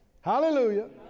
Hallelujah